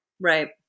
Right